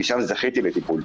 כי שם זכיתי לטיפול,